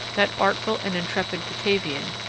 that artful and intrepid batavian,